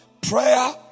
Prayer